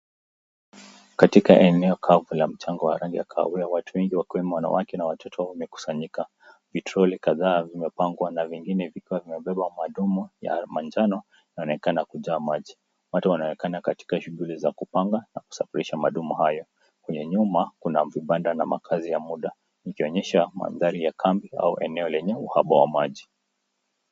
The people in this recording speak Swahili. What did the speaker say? Katika eneo kavu la mchanga wa rangi ya kahawia watu wengi wakiwemo wanawake na watoto wamekusanyika . Vitroli kadhaa vimepangwa na vingine vikiwa vimebeba madumba ya manjano inaonekana kujaa maji. Watu wanaonekana katika shughuli za kupanga na kusafirisha madumba hayo. Kwenye nyuma kuna vibanda na makaazi ya muda ikionyesha mandhari ya kambi au eneo yenye uhaba wa maji.